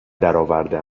درآورده